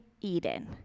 Eden